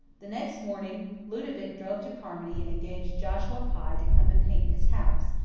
the next morning ludovic drove to carmody and engaged joshua pye to come and paint his house,